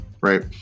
right